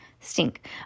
Stink